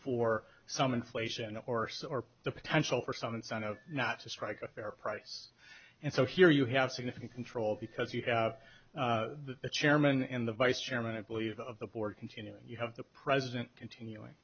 for some inflation or the potential for some incentive not to strike a fair price and so here you have significant control because you have the chairman and the vice chairman i believe of the board continuing you have the president continuing